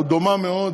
או דומה מאוד,